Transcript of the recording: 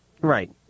Right